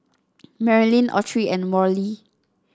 Merilyn Autry and Worley